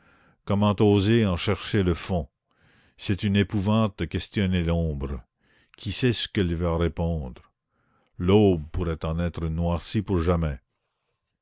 comment oser en chercher le fond c'est une épouvante de questionner l'ombre qui sait ce qu'elle va répondre l'aube pourrait en être noircie pour jamais